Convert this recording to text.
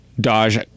Dodge